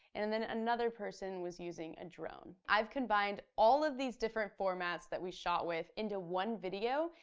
and then another person was using a drone. i've combined all of these different formats that we shot with into one video,